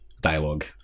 dialogue